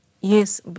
Yes